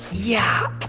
yeah.